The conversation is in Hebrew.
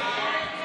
ההצבעה הזאת,